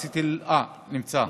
אה, נמצא.